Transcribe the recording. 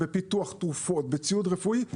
בפיתוח תרופות ובציוד רפואי,